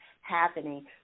happening